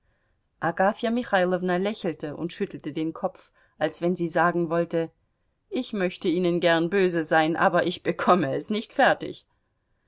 michailowna lächelte und schüttelte den kopf als wenn sie sagen wollte ich möchte ihnen gern böse sein aber ich bekomme es nicht fertig